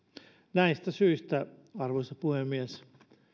näistä syistä arvoisa puhemies